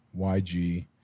YG